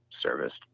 serviced